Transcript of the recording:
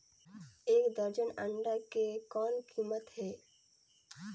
एक दर्जन अंडा के कौन कीमत हे?